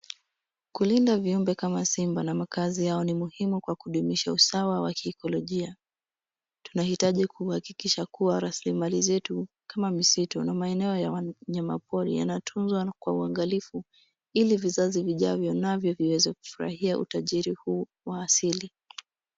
Kulinda viumbe kama simba na makaazi yao ni muhimu kwa kudumisha usawa wa kiekolojia. Tunahitaji kuhakikisha kuwa rasilimali zetu kama msitu na meneo ya wanyama pori yanatunzwa na kwa uangalifu ili vizazi vijavyo navyo viweze kufurahia utajiri huu wa asili.